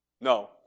no